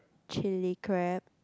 chilli crab